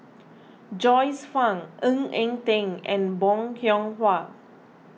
Joyce Fan Ng Eng Teng and Bong Hiong Hwa